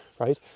Right